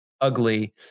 ugly